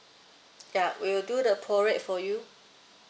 ya we'll do the pro rate for you